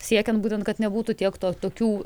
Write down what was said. siekiant būtent kad nebūtų tiek tokių